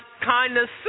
kindness